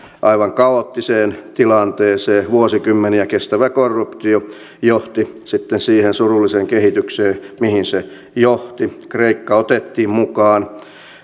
aivan kaoottiseen tilanteeseen vuosikymmeniä kestävä korruptio johti sitten siihen surulliseen kehitykseen mihin se johti kreikka otettiin mukaan